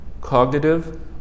cognitive